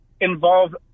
involve